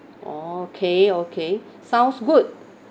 orh kay okay sounds good